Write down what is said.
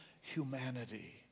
humanity